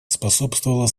способствовала